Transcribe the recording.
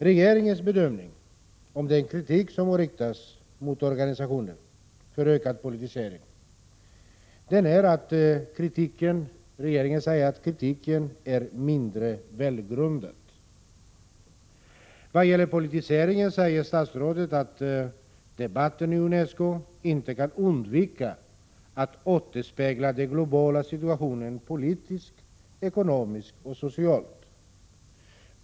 Regeringens bedömning av den kritik som riktats mot UNESCO för ökad politisering är att den är mindre välgrundad. Vad gäller politiseringen säger statsrådet att debatten i UNESCO inte kan undvika att återspegla den globala situationen, politiskt, ekonomiskt och socialt.